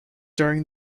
during